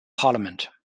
parliament